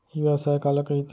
ई व्यवसाय काला कहिथे?